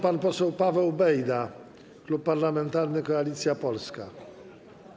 Pan poseł Paweł Bejda, Klub Parlamentarny Koalicja Polska.